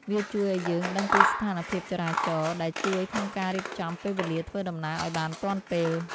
វាជួយឱ្យយើងដឹងពីស្ថានភាពចរាចរណ៍ ដែលជួយក្នុងការរៀបចំពេលវេលាធ្វើដំណើរឱ្យបានទាន់ពេល។